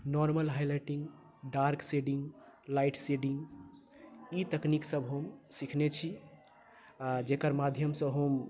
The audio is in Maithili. normal highlighting dark shading light shading ई तकनीक सब हम सीखने छी आ जेकर माध्यमसँ हम